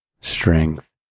strength